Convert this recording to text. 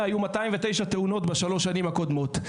היו 209 תאונות בשלוש השנים הקודמות,